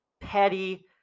petty